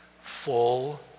full